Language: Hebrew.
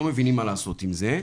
לא מבינים מה לעשות עם זה.